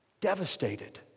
Devastated